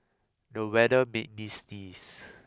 the weather made me sneeze